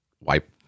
wipe